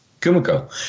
Kumiko